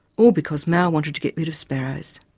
all because mao wanted to get rid of sparrows.